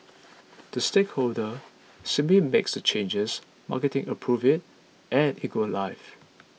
the stakeholder simply makes the changes marketing approves it and it goes live